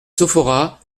sophoras